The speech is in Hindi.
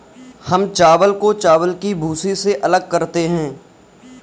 हम चावल को चावल की भूसी से अलग करते हैं